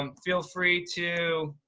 um feel free to